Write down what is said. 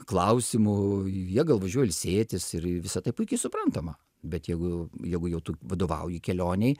klausimų jie gal važiuoja ilsėtis ir visa tai puikiai suprantama bet jeigu jeigu jau tu vadovauji kelionei